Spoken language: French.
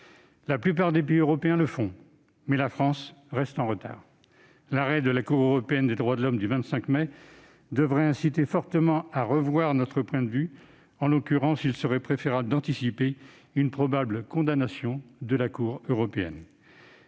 La plupart des pays européens le font, mais la France reste en retard. Les arrêts rendus par la Cour européenne des droits de l'homme, le 25 mai dernier, devraient nous inciter fortement à revoir notre point de vue. En l'occurrence, il serait préférable d'anticiper une probable condamnation par la Cour européenne